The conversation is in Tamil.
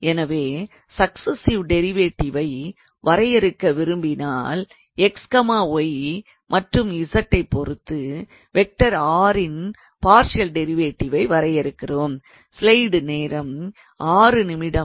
எனவே சக்சசிவ் டெரிவெடிவை வரையறுக்க விரும்பினால் x y மற்றும் z ஐ பொறுத்து 𝑟⃗ இன் பார்ஷியல் டிரைவேட்டிவை வரையறுக்கிறோம்